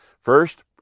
First